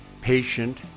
Patient